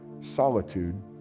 solitude